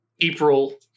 April